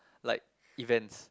like events